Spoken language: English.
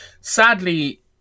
sadly